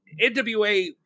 NWA